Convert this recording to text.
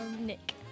Nick